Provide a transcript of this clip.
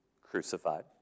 crucified